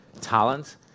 talent